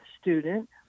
Student